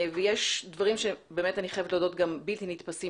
ויש דברים שאני חייבת להודות שהם בלתי נתפסים